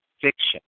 fiction